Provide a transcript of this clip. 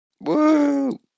Woo